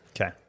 Okay